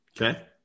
Okay